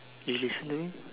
you listening